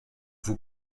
vous